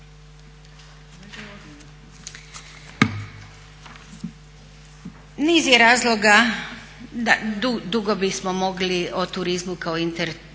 Niz je razloga, dugo bismo mogli o turizmu kao interdisciplinarnoj